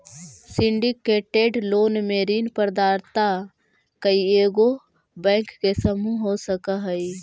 syndicated loan में ऋण प्रदाता कइएगो बैंक के समूह हो सकऽ हई